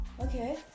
okay